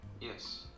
Yes